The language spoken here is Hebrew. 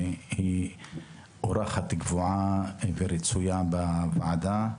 שהיא אורחת קבועה ורצויה בוועדה.